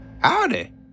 Howdy